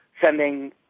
sending